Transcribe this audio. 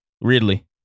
Ridley